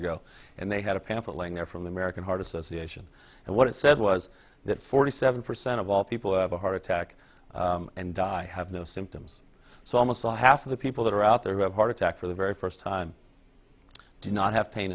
ago and they had a pamphlet laying there from the american heart association and what it said was that forty seven percent of all people who have a heart attack and die have no symptoms so almost all half of the people that are out there have heart attacks for the very first time do not have pain